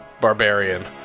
barbarian